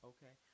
Okay